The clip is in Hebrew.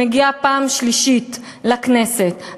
שמגיעה בפעם השלישית לכנסת,